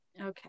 okay